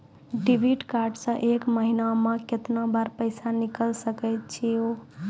Debit card से एक महीना मा केतना बार पैसा निकल सकै छि हो?